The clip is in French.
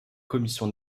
commission